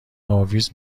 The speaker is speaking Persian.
اویز